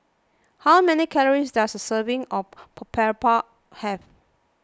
how many calories does a serving of Boribap have